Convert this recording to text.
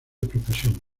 profesión